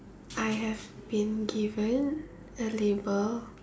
I have been given a label